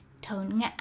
Tone